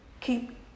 keep